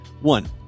One